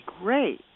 great